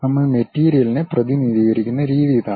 നമ്മൾ മെറ്റീരിയലിനെ പ്രതിനിധീകരിക്കുന്ന രീതി ഇതാണ്